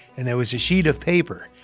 and there was a sheet of paper.